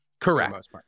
Correct